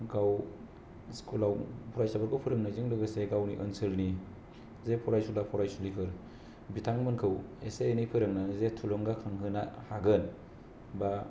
गाव स्कुलाव फरायसाफोरखौ फोरोंनायजों लोगोसे गावनि ओनसोलनि जे फरायसुला फरायसुलिफोर बिथांमोनखौ एसे एनै फोरोंनानै जे थुलुंगा खांहोना हागोन बा